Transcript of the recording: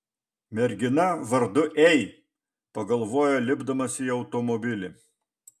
mergina vardu ei pagalvojo lipdamas į automobilį